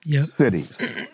cities